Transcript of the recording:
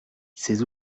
ses